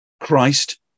christ